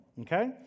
Okay